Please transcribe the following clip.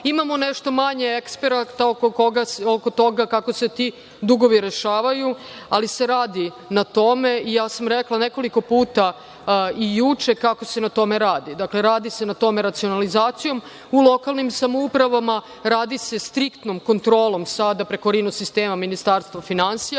imamo nešto manje eksperata oko toga kako se ti dugovi rešavaju, ali se radi na tome i ja sam rekla nekoliko puta i juče kako se na tome radi. Dakle, radi se na tome racionalizacijom u lokalnim samoupravama, radi se striktnom kontrolom sada, preko rinosistema Ministarstva finansija,